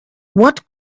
what